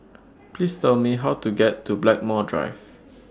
Please Tell Me How to get to Blackmore Drive